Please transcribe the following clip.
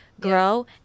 grow